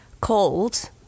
called